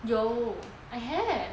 有 I have